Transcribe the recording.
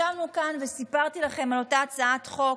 ישבנו כאן וסיפרתי לכם על אותה הצעת חוק,